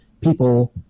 people